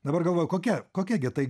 dabar galvoju kokia kokia gi tai